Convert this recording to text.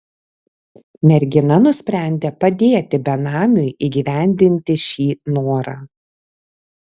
mergina nusprendė padėti benamiui įgyvendinti šį norą